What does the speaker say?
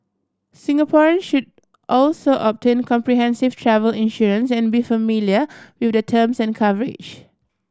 Singaporean should also obtain comprehensive travel insurance and be familiar with the terms and coverage